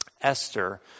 Esther